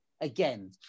again